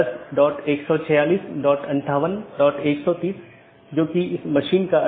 प्रत्येक EBGP router अलग autonomous system में हैं